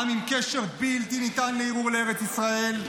עם עם קשר בלתי ניתן לערעור לארץ ישראל,